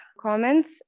comments